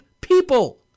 people